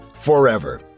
forever